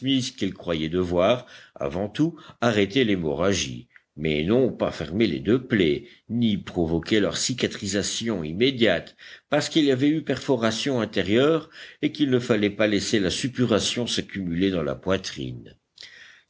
qu'il croyait devoir avant tout arrêter l'hémorragie mais non pas fermer les deux plaies ni provoquer leur cicatrisation immédiate parce qu'il y avait eu perforation intérieure et qu'il ne fallait pas laisser la suppuration s'accumuler dans la poitrine